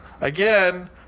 again